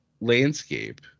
landscape